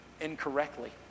incorrectly